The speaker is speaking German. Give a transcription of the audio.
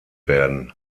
werden